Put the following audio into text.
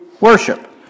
worship